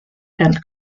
tenth